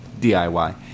DIY